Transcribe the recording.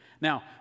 Now